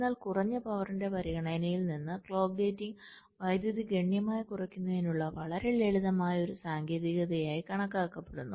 എന്നാൽ കുറഞ്ഞ പവറിന്റെ പരിഗണനയിൽ നിന്ന് ക്ലോക്ക് ഗേറ്റിംഗ് വൈദ്യുതി ഗണ്യമായി കുറയ്ക്കുന്നതിനുള്ള വളരെ ലളിതമായ ഒരു സാങ്കേതികതയായി കണക്കാക്കപ്പെടുന്നു